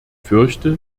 fürchte